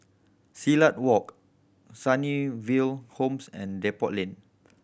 Silat Walk Sunnyville Homes and Depot Lane